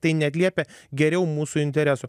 kad neatliepia geriau mūsų interesų